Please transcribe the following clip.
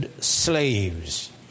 slaves